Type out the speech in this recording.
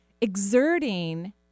exerting